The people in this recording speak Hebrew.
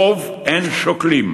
רוב אין שוקלים,